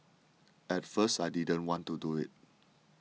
at first I didn't want to do it